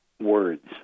words